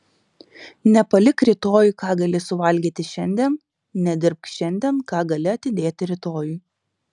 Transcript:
nepalik rytojui ką gali suvalgyti šiandien nedirbk šiandien ką gali atidėti rytojui